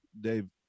Dave